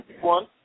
one